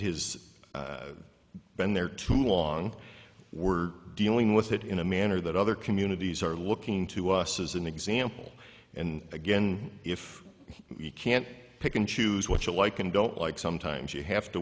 his been there too long we're dealing with it in a manner that other communities are looking to us as an example and again if you can't pick and choose what you like and don't like sometimes you have to